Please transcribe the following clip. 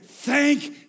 Thank